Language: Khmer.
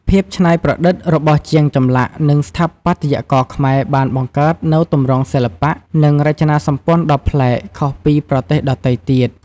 ភាពច្នៃប្រឌិតរបស់ជាងចម្លាក់ និងស្ថាបត្យករខ្មែរបានបង្កើតនូវទម្រង់សិល្បៈ និងរចនាសម្ព័ន្ធដ៏ប្លែក ខុសពីប្រទេសដទៃទៀត។